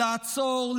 לעצור,